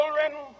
children